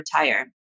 retire